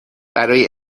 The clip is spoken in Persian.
برای